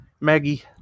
Maggie